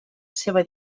seva